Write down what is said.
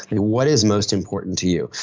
what is most important to you?